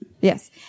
Yes